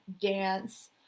dance